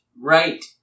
right